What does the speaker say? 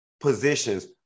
positions